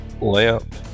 lamp